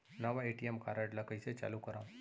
नवा ATM card ल कइसे चालू करव?